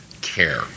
care